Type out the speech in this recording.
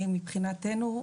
מבחינתנו,